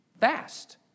fast